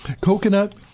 coconut